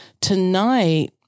tonight